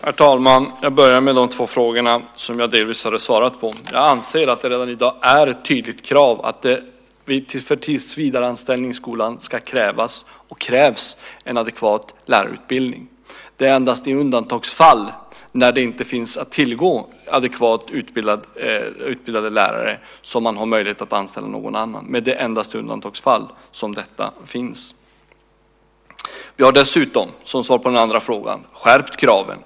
Herr talman! Jag börjar med de två frågorna, som jag delvis har svarat på. Jag anser att det redan i dag är tydligt att det för tillsvidareanställning i skolan ska krävas och krävs en adekvat lärarutbildning. Det är endast i undantagsfall, när det inte finns adekvat utbildade lärare att tillgå, som man har möjlighet att anställa någon annan. Vi har dessutom, som svar på den andra frågan, skärpt kraven.